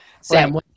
sam